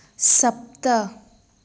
सप्त